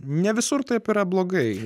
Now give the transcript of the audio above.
ne visur taip yra blogai